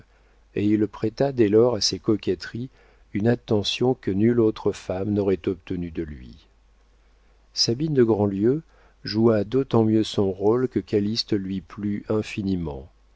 et il prêta dès lors à ses coquetteries une attention que nulle autre femme n'aurait obtenue de lui sabine de grandlieu joua d'autant mieux son rôle que calyste lui plut infiniment